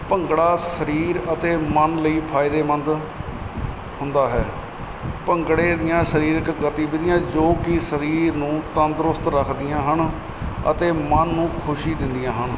ਭੰਗੜਾ ਸਰੀਰ ਅਤੇ ਮਨ ਲਈ ਫ਼ਾਇਦੇਮੰਦ ਹੁੰਦਾ ਹੈ ਭੰਗੜੇ ਦੀਆਂ ਸਰੀਰਕ ਗਤੀਵਿਧੀਆਂ ਜੋ ਕਿ ਸਰੀਰ ਨੂੰ ਤੰਦਰੁਸਤ ਰੱਖਦੀਆਂ ਹਨ ਅਤੇ ਮਨ ਨੂੰ ਖੁਸ਼ੀ ਦਿੰਦੀਆਂ ਹਨ